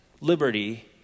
liberty